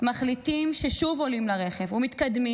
מחליטים ששוב עולים לרכב ומתקדמים,